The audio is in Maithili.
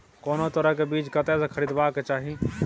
कोनो तरह के बीज कतय स खरीदबाक चाही?